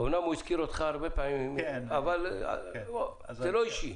אמנם הוא הזכיר אותך הרבה פעמים אבל זה לא אישי.